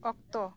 ᱚᱠᱛᱚ